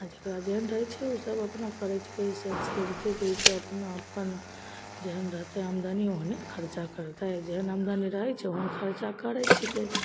आओर जकरा जेहन रहै छै ओसभ अपना करै छिकै ओसभ करिते देतै अपना अपन जेहन रहतै आमदनी ओहने ने खरचा करतै जेहन आमदनी रहै छै ओहन खरचा करै छिकै